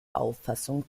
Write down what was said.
auffassung